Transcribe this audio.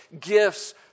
gifts